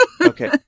Okay